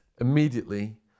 immediately